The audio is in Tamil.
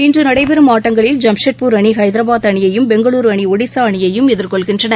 இன்று நடைபெறும் ஆட்டங்களில் ஜாம்ஷெட்பூர் அணி ஹைதராபாத் அணியையும் பெங்களூரு அணி ஒடிஷா அணியையும் எதிர்கொள்கின்றன